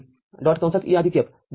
C D